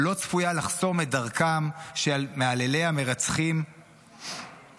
לא צפויה לחסום את דרכם של מהללי המרצחים ומוציאי